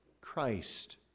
Christ